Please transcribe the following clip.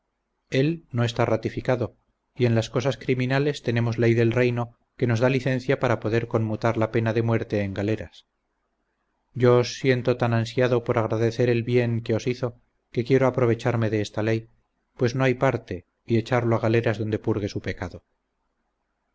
él no está ratificado y en las cosas criminales tenemos ley del reino que nos da licencia para poder conmutar la pena de muerte en galeras yo os siento tan ansiado por agradecer el bien que os hizo que quiero aprovecharme de esta ley pues no hay parte y echarlo a galeras donde purgue su pecado